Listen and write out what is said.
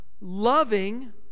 loving